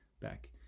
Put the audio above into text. back